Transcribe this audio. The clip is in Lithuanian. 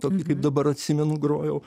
tokį kaip dabar atsimenu grojau